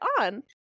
on